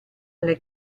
alle